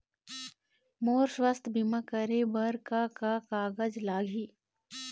मोर स्वस्थ बीमा करे बर का का कागज लगही?